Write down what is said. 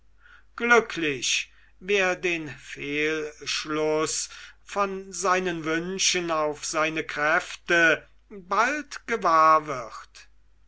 glücklich wer den fehlschluß von seinen wünschen auf seine kräfte bald gewahr wird